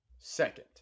Second